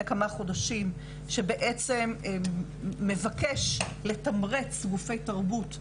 כמה חודשים שבעצם מבקש לתמרץ גופי תרבות,